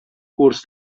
curs